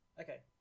Okay